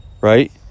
Right